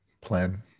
plan